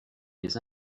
les